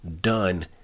done